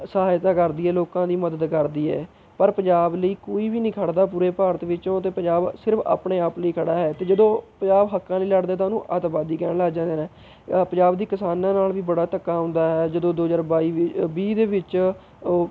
ਸਹਾਇਤਾ ਕਰਦੀ ਹੈ ਲੋਕਾਂ ਦੀ ਮਦਦ ਕਰਦੀ ਹੈ ਪਰ ਪੰਜਾਬ ਲਈ ਕੋਈ ਵੀ ਨਹੀਂ ਖੜ੍ਹਦਾ ਪੂਰੇ ਭਾਰਤ ਵਿੱਚੋਂ ਅਤੇ ਪੰਜਾਬ ਸਿਰਫ ਆਪਣੇ ਆਪ ਲਈ ਖੜ੍ਹਾ ਹੈ ਅਤੇ ਜਦੋਂ ਪੰਜਾਬ ਹੱਕਾਂ ਲਈ ਲੜਦਾ ਹੈ ਤਾਂ ਉਹਨੂੰ ਅੱਤਵਾਦੀ ਕਹਿਣ ਲੱਗ ਜਾਂਦੇ ਨੇ ਪੰਜਾਬ ਦੀ ਕਿਸਾਨਾਂ ਨਾਲ਼ ਵੀ ਬੜਾ ਧੱਕਾ ਹੁੰਦਾ ਹੈ ਜਦੋਂ ਦੋ ਹਜ਼ਾਰ ਬਾਈ ਵ ਵੀਹ ਦੇ ਵਿੱਚ